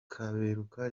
kaberuka